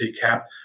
cap